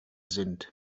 sind